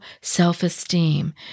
self-esteem